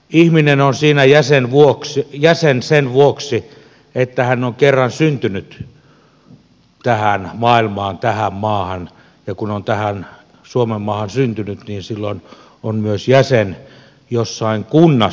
ihminen on siinä jäsen sen vuoksi että hän on kerran syntynyt tähän maailmaan tähän maahan ja kun on tähän suomenmaahan syntynyt niin silloin on myös jäsen jossain kunnassa